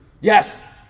Yes